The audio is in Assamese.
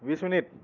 বিছ মিনিট